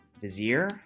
Vizier